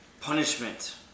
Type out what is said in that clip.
punishment